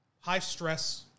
high-stress